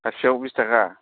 सासेयाव बिस टाका